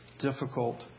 difficult